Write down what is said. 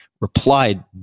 replied